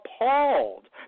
appalled